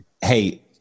Hey